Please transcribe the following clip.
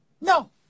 No